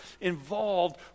involved